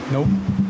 Nope